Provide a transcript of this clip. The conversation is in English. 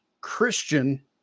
Christian